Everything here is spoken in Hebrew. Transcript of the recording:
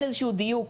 אין איזה שהיא דיוק.